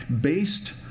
based